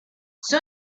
son